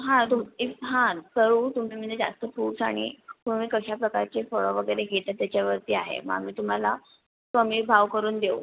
हां तुम् इफ हां करू तुम्ही म्हणजे जास्त फ्रुट्स आणि तुम्ही कशा प्रकारची फळं वगैरे घेतात त्याच्यावरती आहे मग आम्ही तुम्हाला कमी भाव करून देऊ